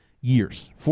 years